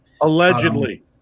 Allegedly